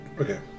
Okay